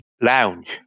lounge